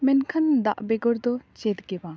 ᱢᱮᱱᱠᱷᱟᱱ ᱫᱟᱜ ᱵᱮᱜᱚᱨ ᱫᱚ ᱪᱮᱫ ᱜᱮ ᱵᱟᱝ